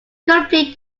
complete